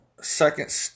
Second